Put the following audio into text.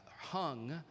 hung